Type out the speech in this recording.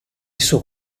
suo